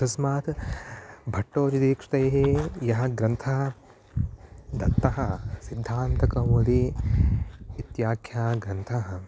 तस्मात् भट्टोजिदीक्षितैः यः ग्रन्थः दत्तः सिद्धान्तकौमुदी इत्याख्यः ग्रन्थः